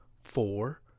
four